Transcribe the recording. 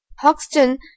Hoxton